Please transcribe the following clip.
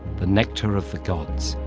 the nectar of the gods,